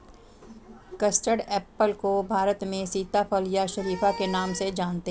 custard apple को भारत में सीताफल या शरीफा के नाम से जानते हैं